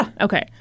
Okay